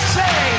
say